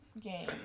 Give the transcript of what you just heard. game